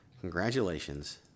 Congratulations